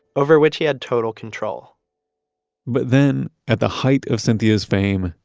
over which he had total control but then at the height of cynthia's fame,